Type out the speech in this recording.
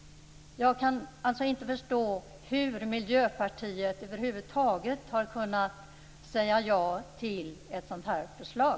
Jag kan alltså inte förstå hur Miljöpartiet över huvud taget har kunnat säga ja till ett sådant här förslag.